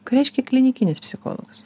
ką reiškia klinikinis psichologas